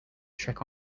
trick